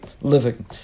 living